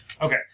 Okay